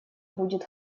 будет